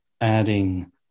Adding